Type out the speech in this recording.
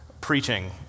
preaching